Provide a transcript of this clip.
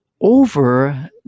over